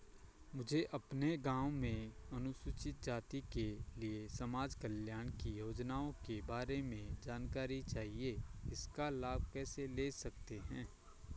मुझे अपने गाँव में अनुसूचित जाति के लिए समाज कल्याण की योजनाओं के बारे में जानकारी चाहिए इसका लाभ कैसे ले सकते हैं?